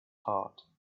heart